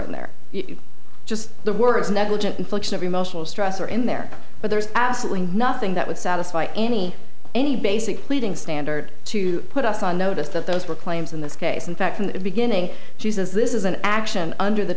in there just the words negligent infliction of emotional stress are in there but there's absolutely nothing that would satisfy any any basic pleading standard to put us on notice that those were claims in this case in fact from the beginning she says this is an action under the